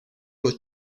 los